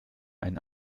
ein